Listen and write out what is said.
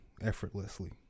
effortlessly